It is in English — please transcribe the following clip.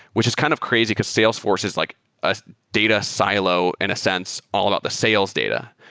which is kind of crazy because salesforce is like a data silo in a sense all about the sales data.